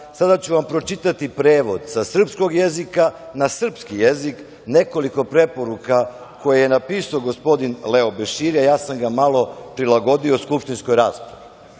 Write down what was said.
sada ću vam pročitati prevod sa srpskog jezika na srpski jezik nekoliko preporuka koje je napisao gospodin Leo Beširi, a ja sam ga malo prilagodio skupštinskoj raspravi.U